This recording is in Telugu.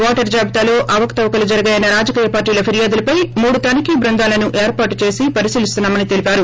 ఓటర్ జాబితాలో అవకతవకలు జరిగాయన్న రాజకీయ పార్లీల ఫిర్యాదులపై మూడు తనిఖీ బృందాలను ఏర్పాటు చే పరిశీలిస్తున్నామని తెలిపారు